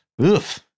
oof